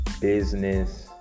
business